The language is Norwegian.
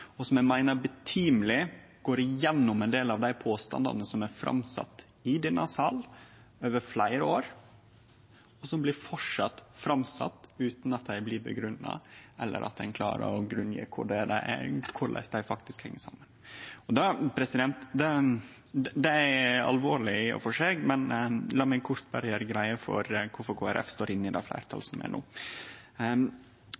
denne sal over fleire år, og som fortsatt blir sette fram utan at dei blir grunngjevne eller at ein klarar å grunngje korleis dei faktisk heng saman. Det er alvorleg i og for seg, men la meg berre kort gjere greie for korfor Kristeleg Folkeparti står inne i det